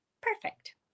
Perfect